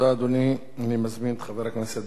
אני מזמין את חבר הכנסת דניאל בן-סימון,